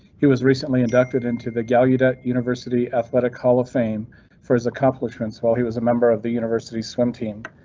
he was recently inducted into the gallaudet university athletic hall of fame for his accomplishments while he was a member of the university swim team.